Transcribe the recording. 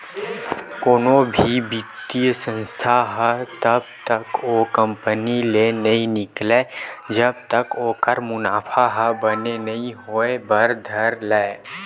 कोनो भी बित्तीय संस्था ह तब तक ओ कंपनी ले नइ निकलय जब तक ओखर मुनाफा ह बने नइ होय बर धर लय